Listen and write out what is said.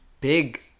big